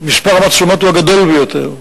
מספר המצלמות בה הוא הגדול ביותר,